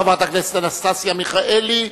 חברת הכנסת אנסטסיה מיכאלי,